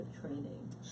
training